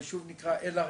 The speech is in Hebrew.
היישוב נקרא אלערייה.